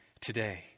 today